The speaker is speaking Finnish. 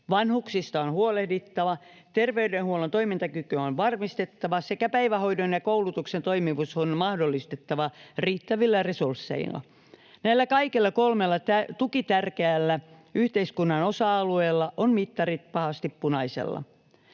Vanhuksista on huolehdittava, terveydenhuollon toimintakykyä on varmistettava, sekä päivähoidon ja koulutuksen toimivuus on mahdollistettava riittävillä resursseilla. Näillä kaikilla kolmella tuiki tärkeällä yhteiskunnan osa-alueella ovat mittarit pahasti punaisella.